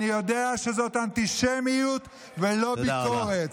אני יודע שזאת אנטישמיות ולא ביקורת.